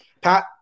Pat